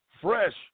Fresh